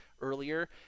earlier